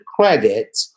credit